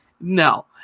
No